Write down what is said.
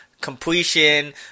completion